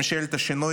מממשלת השינוי,